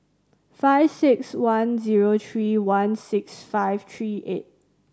five six one zero three one six five three eight